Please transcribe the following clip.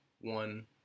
one